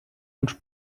ens